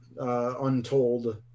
untold